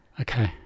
Okay